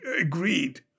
agreed